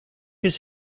his